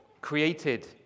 created